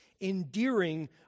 endearing